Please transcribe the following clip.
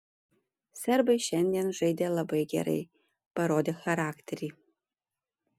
serbai šiandien žaidė labai gerai parodė charakterį